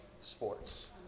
sports